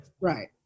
Right